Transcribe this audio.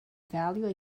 value